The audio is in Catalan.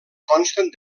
consten